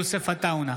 יוסף עטאונה,